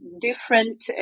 different